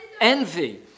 Envy